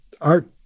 art